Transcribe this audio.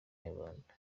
inyarwanda